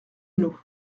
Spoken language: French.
loo